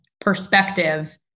perspective